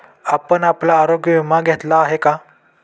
आपण आपला आरोग्य विमा घेतला आहे का?